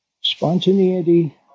spontaneity